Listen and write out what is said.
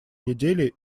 недели